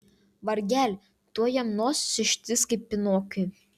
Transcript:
vargeli tuoj jam nosis ištįs kaip pinokiui